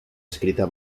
escrita